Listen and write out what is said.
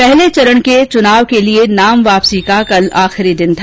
पहले चरण के चुनाव के लिए नाम वापसी का कल आखिरी दिन था